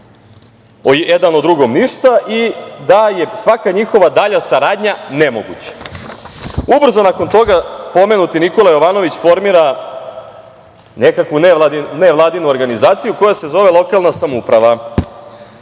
jedan o drugom ništa i da je svaka njihova dalja saradnja nemoguća. Ubrzo nakon toga, pomenuti Nikola Jovanović formira nekakvu nevladinu organizaciju koja se zove „Lokalna samouprava“.